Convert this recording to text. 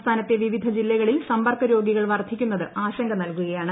സംസ്ഥാനത്തെ വിവിധ ജില്ലകളിൽ സമ്പർക്ക് ് രോഗികൾ വർദ്ധിക്കുന്നത് ആശങ്ക നൽകുകയാണ്